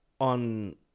on